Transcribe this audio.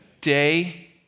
Day